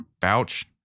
Bouch